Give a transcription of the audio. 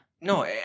No